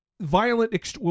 violent